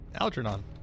Algernon